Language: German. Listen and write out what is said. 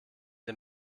dem